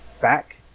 back